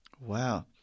Wow